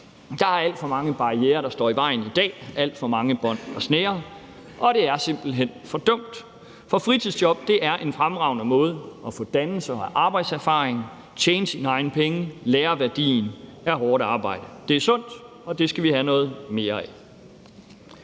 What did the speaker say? Der er alt for mange barrierer, der står i vejen i dag, alt for mange bånd, der snærer, og det er simpelt hen for dumt, for fritidsjob er en fremragende måde at få dannelse og arbejdserfaring, tjene sine egne penge og lære værdien af hårdt arbejde af på. Det er sundt, og det skal vi have mere af.